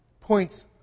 points